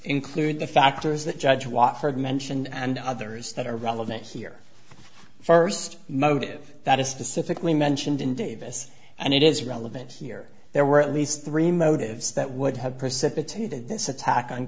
include the factors that judge wofford mentioned and others that are relevant here first motive that is specifically mentioned in davis and it is relevant here there were at least three motives that would have precipitated this attack on